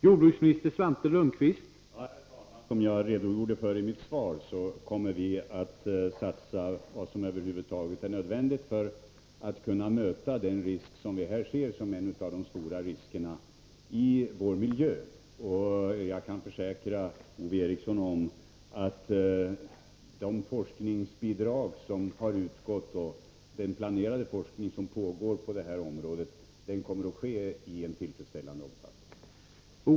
Herr talman! Som jag redogjorde för i mitt svar kommer vi att satsa vad som är nödvändigt för att kunna vidta de åtgärder som undanröjer det som vi ser som en av de stora riskerna för vår miljö. Jag kan försäkra Ove Eriksson att vi skall se till att de forskningsbidrag som utgått och den forskning som pågår på detta område fortsätter i tillfredsställande omfattning.